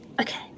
Okay